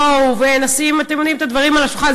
בואו ונשים, אתם יודעים, את הדברים על השולחן.